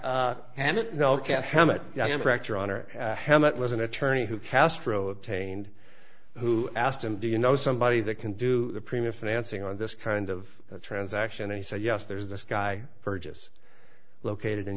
honor hemet was an attorney who castro obtained who asked him do you know somebody that can do the premier financing on this kind of transaction and he said yes there's this guy burgess located in